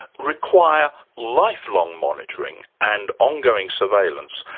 require lifelong monitoring, and ongoing surveillance.